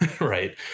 right